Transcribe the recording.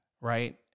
right